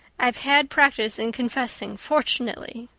i've had practice in confessing, fortunately.